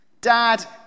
Dad